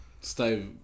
stay